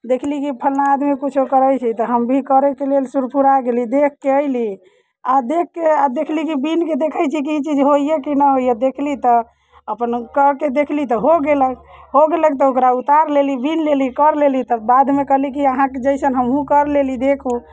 देखली कि फल्लाँ आदमी किछो करैत छै तऽ हम भी करैके लेल सुरफुरा गेली देखि कऽ अयली आ देखि कऽ आ देखली कि बीन कऽ देखैत छियै कि ई चीज होइए कि न होइए देखली तऽ अपन कऽ के देखली तऽ हो गेलक हो गेलक तऽ ओकरा उतार लेली बीन लेली कर लेली तऽ बादमे कहली कि अहाँके जैसन हमहूँ कर लेली देखू